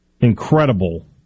incredible